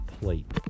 plate